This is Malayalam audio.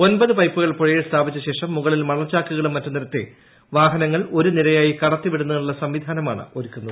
ഒമ്പത് പൈപ്പുകൾ പുഴിയിൽ സ്ഥാപിച്ചശേഷം മുകളിൽ മണൽച്ചാക്കുകളും മറ്റും നിരത്തി വാഹനങ്ങൾ ഒരു നിരയായി കടത്തിവിടുന്നതിനുള്ള സംവിധാനമാണ് ഒരുക്കുന്നത്